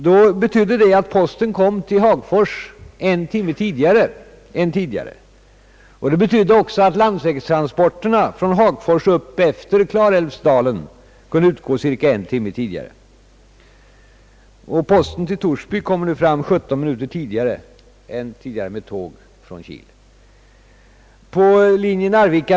Det fick till resultat att posten anlände till Hagfors en timme tidigare än den gjorde förut, vilket medförde att landsvägstransporterna från Hagfors upp efter Klarälvsdalen kunde utgå en timme tidigare. Posten till Torsby kommer nu fram 17 minuter tidigare än den gjorde med tåg från Kil. derna.